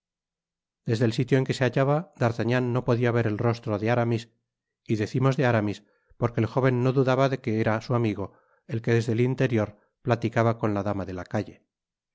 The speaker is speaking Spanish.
desde el sitio en que se hallaba d'artagnan no podia ver el rostro de aramis y decimos de aramis porque el jóven no dudaba de que era su amigo el que desde el interior platicaba con la dama de la calle